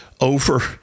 over